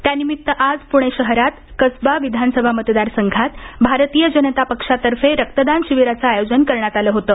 त्यानिमित्त आज प्णे शहरात कसवा विधानसभा मतदारसंघात भारतीय जनता पक्षातर्फे रक्तदान शिबिराचं आयोजन करण्यात आलं होतं